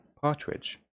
Partridge